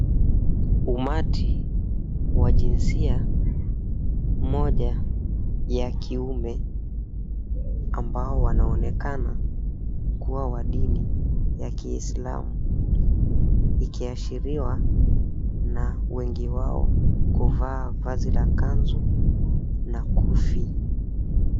Umati wa jinsia moja ya kiume ambao wanaonekana kuwa wa dini ya kislamu ikiashiriwa na wengi wao kuvaa vazi la kanzu na kufi.